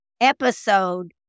episode